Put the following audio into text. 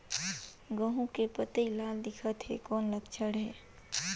गहूं के पतई लाल दिखत हे कौन लक्षण हे?